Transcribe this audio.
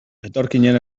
etorkinen